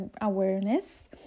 awareness